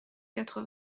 quatre